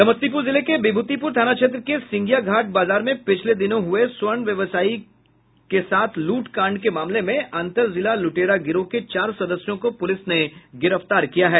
समस्तीपुर जिले के विभूतिपुर थाना क्षेत्र के सिंघिया घाट बाजार में पिछले दिनों हुये स्वर्ण व्यवसायी लूट कांड के मामले मे अंतर जिला लुटेरा गिरोह के चार सदस्यों को पुलिस ने गिरफ्तार किया है